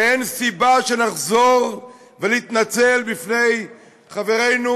שאין סיבה שנחזור ונתנצל בפני חברינו